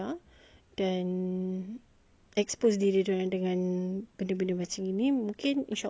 then expose diri dia orang dengan benda-benda macam gini mungkin inshallah dia orang boleh buat